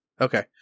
Okay